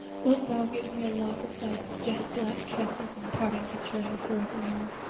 wilt thou give me a lock of thy jet-black tresses in parting to treasure forevermore?